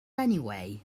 anyway